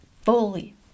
fully